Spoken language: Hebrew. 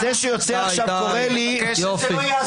זה שיוצא עכשיו קורא לי --- יופי.